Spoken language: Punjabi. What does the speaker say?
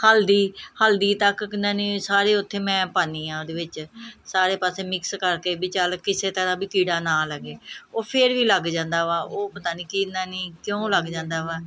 ਹਲਦੀ ਹਲਦੀ ਤੱਕ ਕਿਨਾ ਨੀ ਸਾਰੇ ਉੱਥੇ ਮੈਂ ਪਾਉਂਦੀ ਹਾਂ ਉਹਦੇ ਵਿੱਚ ਸਾਰੇ ਪਾਸੇ ਮਿਕਸ ਕਰਕੇ ਵੀ ਚੱਲ ਕਿਸੇ ਤਰ੍ਹਾਂ ਵੀ ਕੀੜਾ ਨਾ ਲੱਗੇ ਉਹ ਫਿਰ ਵੀ ਲੱਗ ਜਾਂਦਾ ਵਾ ਉਹ ਪਤਾ ਨਹੀਂ ਕਿਨਾ ਨੀ ਕਿਉਂ ਲੱਗ ਜਾਂਦਾ ਵਾ